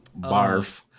Barf